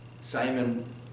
Simon